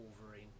Wolverine